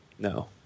No